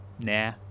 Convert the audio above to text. Nah